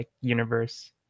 universe